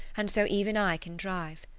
and so even i can drive.